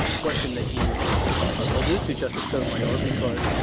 question that you allude to, justice sotomayor, because